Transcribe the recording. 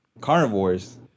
carnivores